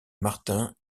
martin